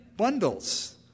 bundles